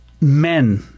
men